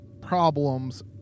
problems